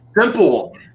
simple